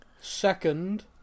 second